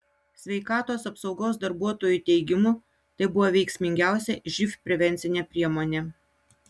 sveikatos apsaugos darbuotojų teigimu tai buvo veiksmingiausia živ prevencinė priemonė